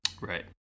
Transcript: Right